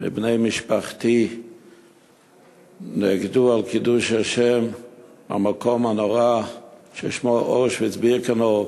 מבני משפחתי נעקדו על קידוש השם במקום הנורא ששמו אושוויץ-בירקנאו,